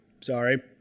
Sorry